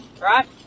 right